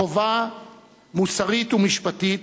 חובה מוסרית ומשפטית,